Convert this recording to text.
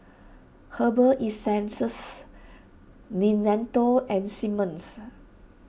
Herbal Essences Nintendo and Simmons